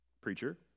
preacher